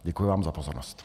Děkuji vám za pozornost.